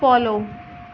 follow